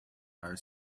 are